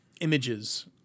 images